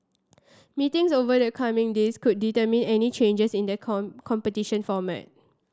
meetings over the coming days could determine any changes in the competition format